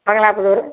Mangala Pudur